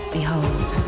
Behold